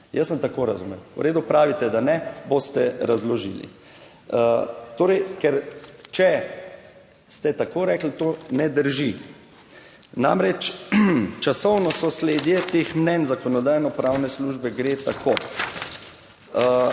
Jaz sem tako razumel. V redu, pravite, da ne, boste razložili. Torej, ker če ste tako rekli, to ne drži. Namreč, časovno sosledje teh mnenj Zakonodajno-pravne službe gre tako: